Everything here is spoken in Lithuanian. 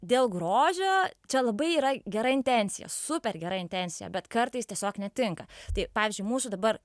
dėl grožio čia labai yra gera intencija super gera intencija bet kartais tiesiog netinka tai pavyzdžiui mūsų dabar